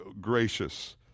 gracious